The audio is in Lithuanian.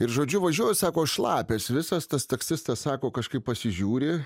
ir žodžiu važiuoju sako aš šlapias visas tas taksistas sako kažkaip pasižiūri